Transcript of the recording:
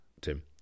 Tim